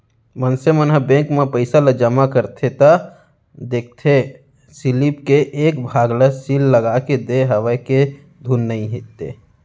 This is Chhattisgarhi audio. मनसे मन ह बेंक म पइसा ल जमा करथे त देखथे सीलिप के एक भाग ल सील लगाके देय हवय के धुन नइते